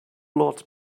lot